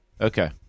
Okay